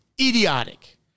idiotic